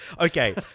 Okay